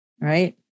right